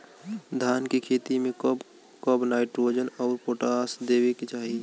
धान के खेती मे कब कब नाइट्रोजन अउर पोटाश देवे के चाही?